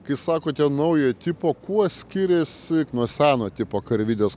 kai sakote naujo tipo kuo skiriasi nuo seno tipo karvidės